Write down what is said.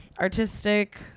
Artistic